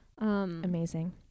Amazing